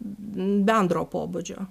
bendro pobūdžio